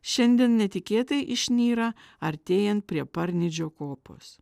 šiandien netikėtai išnyra artėjant prie parnidžio kopos